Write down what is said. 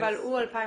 הוא ל-2017?